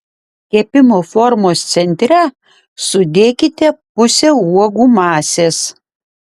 kepimo formos centre sudėkite pusę uogų masės